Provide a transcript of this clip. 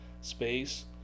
space